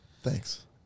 Thanks